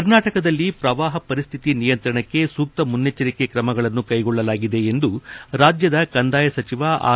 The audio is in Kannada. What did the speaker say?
ಕರ್ನಾಟಕದಲ್ಲಿ ಪ್ರವಾಹ ಪರಿಶ್ಶಿತಿ ನಿಯಂತ್ರಣಕ್ಕೆ ಸೂಕ್ತ ಮುನ್ನೆಚ್ಚರಿಕೆ ತ್ರಮಗಳನ್ನು ಕೈಗೊಳ್ಳಲಾಗಿದೆ ಎಂದು ರಾಜ್ಯದ ಕಂದಾಯ ಸಚಿವ ಆರ್